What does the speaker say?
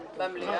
לפי סעיף 59(2)